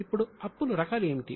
ఇప్పుడు అప్పులు రకాలు ఏమిటి